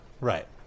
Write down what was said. right